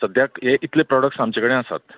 सद्याक हे इतले प्रॉडक्ट आमचे कडेन आसात